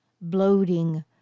bloating